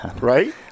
right